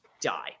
die